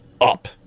up